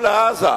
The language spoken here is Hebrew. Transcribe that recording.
שלקחו לעזה,